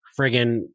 friggin